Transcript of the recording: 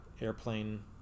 airplane